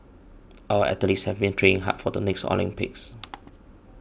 our athletes have been training hard for the next Olympics